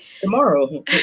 Tomorrow